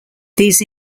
these